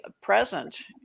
present